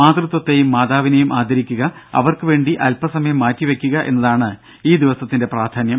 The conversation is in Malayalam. മാതൃത്വത്തെയും മാതാവിനെയും ആദരിക്കുക അവർക്കു വേണ്ടി അല്പസമയം മാറ്റിവെയ്ക്കുക എന്നതാണ് ഈ ദിവസത്തിന്റെ പ്രാധാന്യം